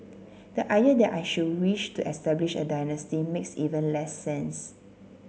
the idea that I should wish to establish a dynasty makes even less sense